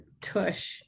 tush